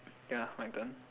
ya my turn